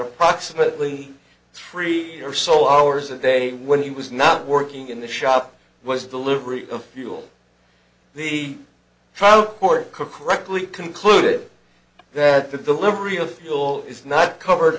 approximately three or so hours a day when he was not working in the shop was delivery of fuel the trial court correctly concluded that the delivery of fuel is not covered